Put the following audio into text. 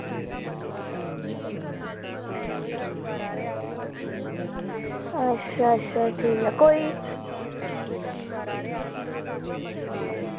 अच्छा अच्छा ठीक ऐ कोई